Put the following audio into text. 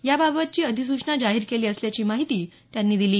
या बाबतची अधिसूचना जाहिर केली असल्याची माहिती त्यांनी दिली